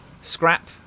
Scrap